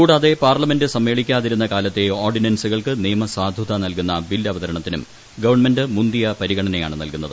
കൂടാതെ പാർലമെന്റ് സമ്മേളിക്ട്ടാതിരുന്ന കാലത്തെ ഓർഡിനൻസുകൾക്ക് നിയമസാധുതൃക്ടിൽക്കുന്ന ബില്ലവതരണത്തിനും ഗവൺമെന്റ് മുന്തിയ പരിഗണനയാണ് കൽകുന്നത്